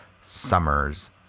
Summer's